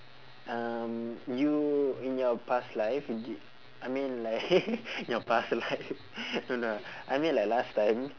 um you in your past life d~ I mean like your past life no no I mean like last time